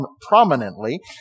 prominently